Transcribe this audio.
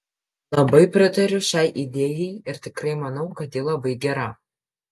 labai pritariu šiai idėjai ir tikrai manau kad ji labai gera